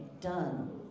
done